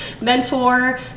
mentor